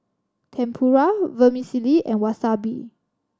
Tempura Vermicelli and Wasabi